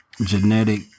genetic